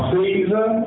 Caesar